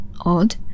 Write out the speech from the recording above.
Odd